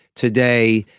today,